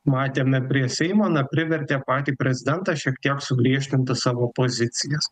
matėme prie seimo na privertė patį prezidentą šiek tiek sugriežtinti savo pozicijas